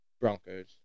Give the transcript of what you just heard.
Broncos